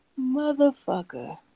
motherfucker